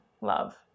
love